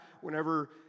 whenever